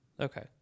Okay